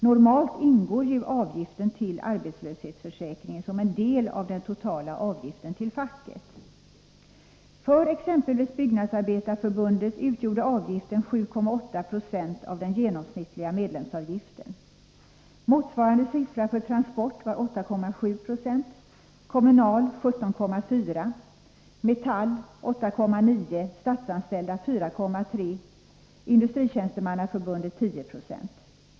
Normalt ingår ju avgiften till arbetslöshetsförsäkringen som en del av den totala avgiften till facket. tareförbundet var 8,7 90, Kommunalarbetareförbundet 17,4 26, Metall 8,9 Zo, Statsanställdas Förbund 4,3 26, Industritjänstemannaförbundet 10,0 96.